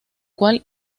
cual